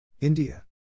India